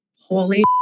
holy